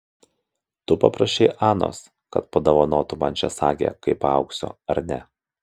tu paprašei anos kad padovanotų man šią sagę kai paaugsiu ar ne